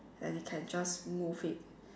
and you can just move it